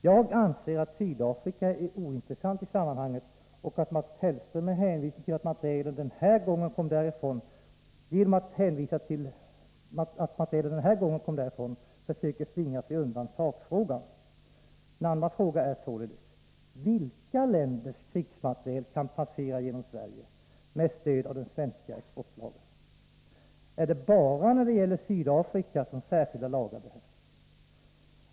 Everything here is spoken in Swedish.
Jag anser att Sydafrika är ointressant i sammanhanget och att Mats Hellström genom att hänvisa till att materielen den här gången kom därifrån försöker slingra sig undan sakfrågan. En andra fråga är således: Vilka länders krigsmateriel kan passera genom Sverige med stöd av den svenska exportlagen? Är det bara när det gäller Sydafrika som särskilda lagar behövs?